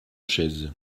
chaise